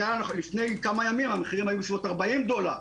לפני כמה ימים, המחירים היו בסביבות 40 דולר.